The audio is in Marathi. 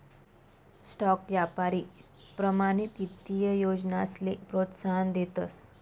स्टॉक यापारी प्रमाणित ईत्तीय योजनासले प्रोत्साहन देतस